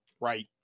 right